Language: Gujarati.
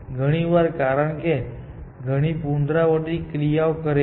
ઘણી વાર કારણ કે તે ઘણી પુનરાવર્તિત ક્રિયાઓ કરે છે